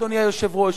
אדוני היושב-ראש.